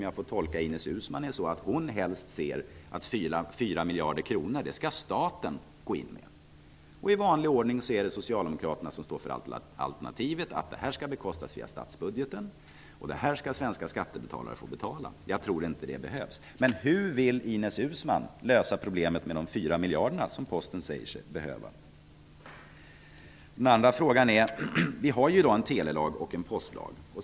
Jag tolkar Ines Uusmann som att hon helst ser att staten går in med 4 miljarder kronor. I vanlig ordning är det Socialdemokraterna som står för alternativet att verksamheten skall bekostas via statsbudgeten. Svenska skattebetalare skall få betala. Jag tror inte att det behövs. miljarder som Posten säger sig behöva? Vi har i dag en telelag och en postlag.